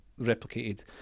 replicated